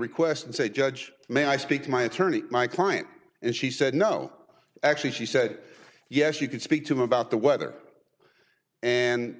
request and said judge may i speak to my attorney my client and she said no actually she said yes you can speak to about the weather and